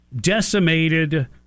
decimated